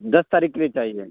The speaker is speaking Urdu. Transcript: دس تاریخ کے لیے چاہیے